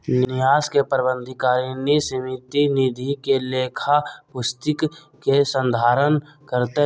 न्यास के प्रबंधकारिणी समिति निधि के लेखा पुस्तिक के संधारण करतय